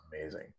Amazing